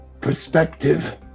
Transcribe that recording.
perspective